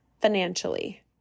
financially